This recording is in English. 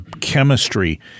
chemistry